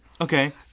okay